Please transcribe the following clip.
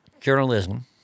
journalism